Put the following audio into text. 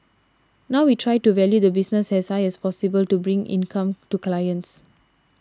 now we try to value the business as high as possible to bring income to clients